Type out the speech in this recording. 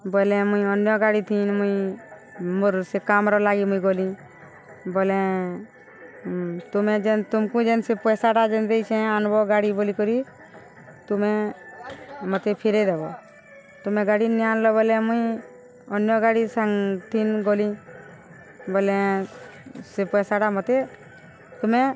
ବୋଇଲେ ମୁଇଁ ଅନ୍ୟ ଗାଡ଼ି ଥନ୍ ମୁଇଁ ମୋର ସେ କାମର ଲାଗି ମୁଇଁ ଗଲି ବୋଲେ ତୁମେ ଯେନ୍ ତୁମକୁ ଯେନ୍ ସେ ପଇସାଟା ଯେନ୍ ଦେଇ ସେ ଆନବ ଗାଡ଼ି ବୋିକରି ତୁମେ ମୋତେ ଫେରେଇ ଦେବ ତୁମେ ଗାଡ଼ି ନି ଆଣିଲ ବୋଲେ ମୁଇଁ ଅନ୍ୟ ଗାଡ଼ି ସାଙ୍ଗଥନ୍ ଗଲି ବଲେ ସେ ପଇସାଟା ମୋତେ ତୁମେ